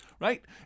right